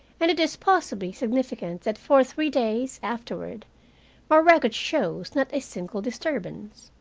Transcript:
and it is possibly significant that for three days afterward my record shows not a single disturbance.